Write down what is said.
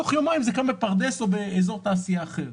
ותוך יומיים הוא קם בפרדס או באזור תעשייה אחר.